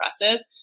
impressive